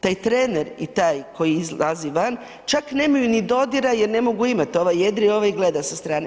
Taj trener i taj koji izlazi van čak nemaju ni dodira jer ne mogu imat, ovaj jedri, ovaj gleda sa strane.